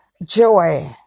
Joy